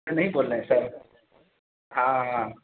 نہیں بول رہے ہیں سر ہاں ہاں ہاں